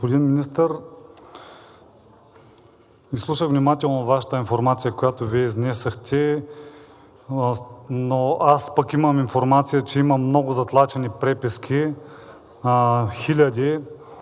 Господин Министър, изслушах внимателно Вашата информация, която Вие изнесохте, но аз пък имам информация, че има много затлачени преписки, хиляди,